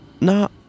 No